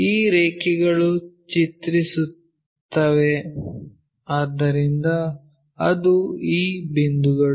ಈ ರೇಖೆಗಳು ಚಿತ್ರಿಸುತ್ತವೆ ಆದ್ದರಿಂದ ಅದು ಈ ಬಿಂದುಗಳು